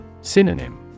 Synonym